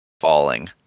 falling